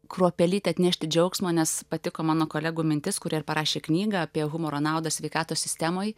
kruopelytę atnešti džiaugsmo nes patiko mano kolegų mintis kuri ir parašė knygą apie humoro naudą sveikatos sistemoj